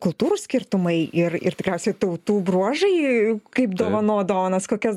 kultūrų skirtumai ir ir tikriausiai tautų bruožai kaip dovanot dovanas kokias